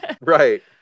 right